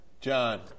John